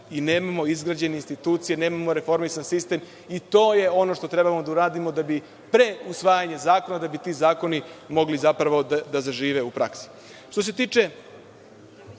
i nemamo izgrađene institucije, nemamo reformisan sistem, i to je ono što trebamo da uradimo da bi pre usvajanja zakona ti zakoni mogli da zažive u praksi. Što